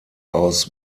aus